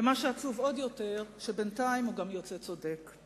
ומה שעצוב עוד יותר, שבינתיים הוא גם יוצא צודק.